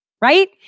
right